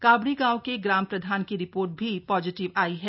काभड़ी गांव के ग्राम प्रधान की रिपोर्ट भी पॉजिटिव आई है